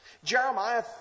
Jeremiah